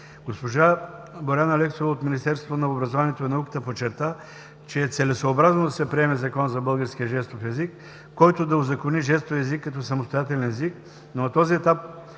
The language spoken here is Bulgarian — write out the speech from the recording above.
Госпожа Бояна Алексова от Министерството на образованието и науката подчерта, че е целесъобразно да се приеме Закон за българския жестов език, който да узакони жестовия език като самостоятелен език. Но на този етап